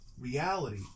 reality